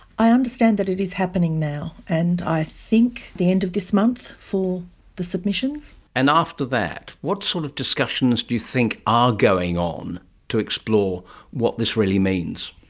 i understand that it is happening now, and i think the end of this month for the submissions. and after that, what sort of discussions do you think are going on to explore what this really means?